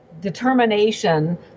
determination